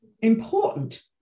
important